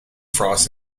frosts